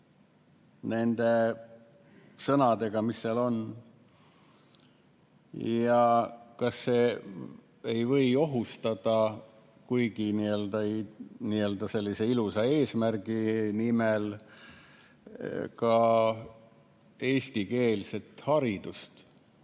nende sõnadega, mis seal on, ja kas see ei või ohustada, kuigi n‑ö sellise ilusa eesmärgi nimel, ka eestikeelset haridust.